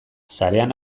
sarean